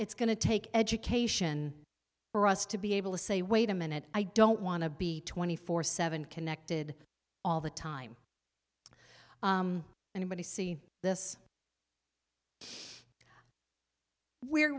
it's going to take education for us to be able to say wait a minute i don't want to be twenty four seven connected all the time anybody see this where